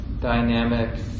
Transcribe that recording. dynamic